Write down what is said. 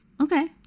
Okay